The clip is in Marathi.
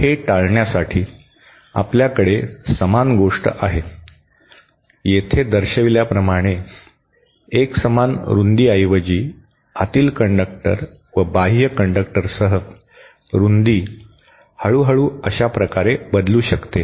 तर हे टाळण्यासाठी आपल्याकडे समान गोष्ट आहे येथे दर्शविल्याप्रमाणे एकसमान रुंदीऐवजी आतील कंडक्टर व बाह्य कंडक्टरसह रुंदी हळू हळू अशा प्रकारे बदलू शकते